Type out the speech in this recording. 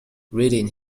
reading